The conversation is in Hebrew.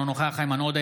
אינו נוכח איימן עודה,